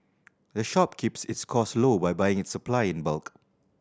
the shop keeps its costs low by buying its supply in bulk